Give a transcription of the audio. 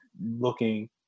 looking